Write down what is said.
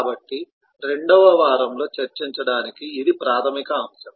కాబట్టి 2 వ వారంలో చర్చించడానికి ఇది ప్రాథమిక అంశం